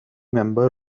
member